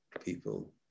People